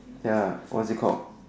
ya what is it called